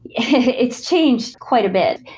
it's changed quite a bit.